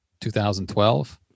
2012